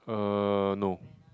uh no